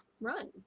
run